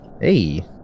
Hey